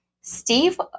Steve